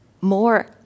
more